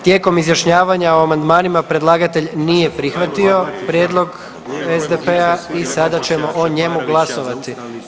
Tijekom izjašnjavanja o amandmanima predlagatelj nije prihvatio prijedlog SDP-a i sada ćemo o njemu glasovati.